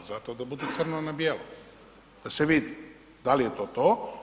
Zato da budu crno na bijelo, da se vidi dal je to to.